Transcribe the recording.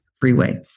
freeway